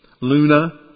Luna